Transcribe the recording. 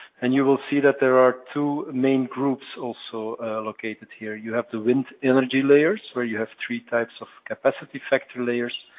and you will see that there are two main groups also located here. you have the wind energy layers, where you have three types of capacity factor layers.